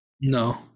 No